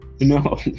No